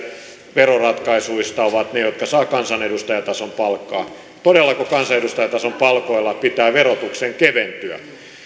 veroratkaisuista ovat ne jotka saavat kansanedustajatason palkkaa todellako kansanedustajatason palkoilla pitää verotuksen keventyä